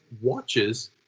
watches